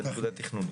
זה נקודה תכנונית,